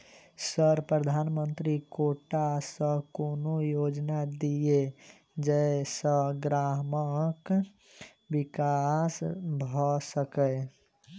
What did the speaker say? Sir प्रधानमंत्री quota सऽ कोनो योजना दिय जै सऽ ग्रामक विकास भऽ सकै?